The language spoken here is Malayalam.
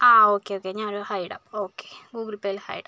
ആ ഓക്കെ ഓക്കെ ഞാൻ ഒരു ഹായ് ഇടാം ഓക്കെ ഗൂഗിൾ പേയിൽ ഹായ് ഇടാം